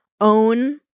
own